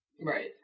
right